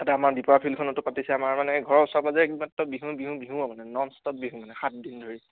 তাতে আমা দীপা ফিল্ডখনতো পাতিছে আমাৰ মানে ঘৰৰ ওচৰে পাঁজৰে একমাত্ৰ বিহু বিহু আৰু বিহু মানে নন ষ্টপ বিহু মানে সাতদিন ধৰি